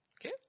Okay